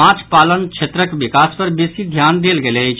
माछ पालन क्षेत्रक विकास पर बेसी ध्यान देल गेल अछि